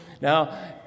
Now